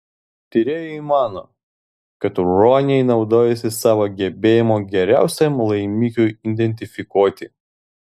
tyrėjai mano kad ruoniai naudojasi savo gebėjimu geriausiam laimikiui identifikuoti